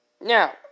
Now